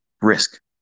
risk